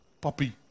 puppy